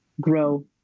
grow